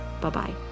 Bye-bye